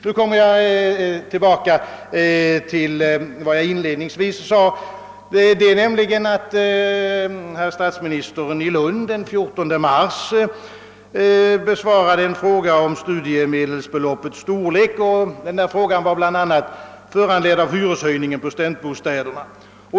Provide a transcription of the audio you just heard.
Så kommer jag tillbaka till vad jag inledningsvis talade om, nämligen att statsministern i Lund den 14 mars besvarade en fråga om studiemedlens storlek; frågan var bl.a. föranledd av hyreshöjningen på studentbostäderna.